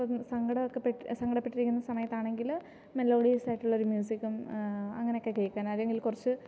ഇപ്പോൾ സങ്കടമൊക്കെ പെട്ട് സങ്കടപ്പെട്ടിരിക്കുന്ന സമയത്ത് ആണെങ്കിൽ മേലോഡീയസ് ആയിട്ടുള്ള ഒരു മ്യൂസിക്കും അങ്ങനെയൊക്കെ കേൾക്കാൻ അല്ലെങ്കിൽ കുറച്ച്